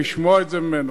לשמוע את זה ממנו.